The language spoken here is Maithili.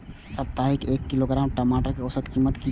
साप्ताहिक एक किलोग्राम टमाटर कै औसत कीमत किए?